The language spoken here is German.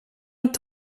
und